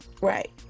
Right